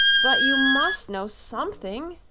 but you must know something,